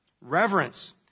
reverence